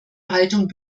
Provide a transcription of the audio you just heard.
haltung